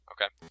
Okay